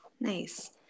Nice